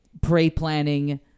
pre-planning